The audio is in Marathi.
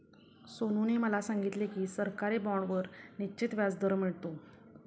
सोनूने मला सांगितले की सरकारी बाँडवर निश्चित व्याजदर मिळतो